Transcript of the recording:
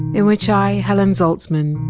in which i, helen zaltzman,